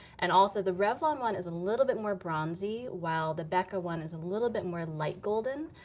and also the revlon one is a little bit more bronzey, while the becca one is a little bit more light golden.